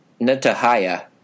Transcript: Netahaya